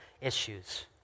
issues